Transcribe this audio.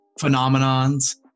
phenomenons